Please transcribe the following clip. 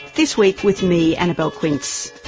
this week with me, annabelle quince.